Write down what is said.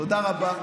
תודה רבה.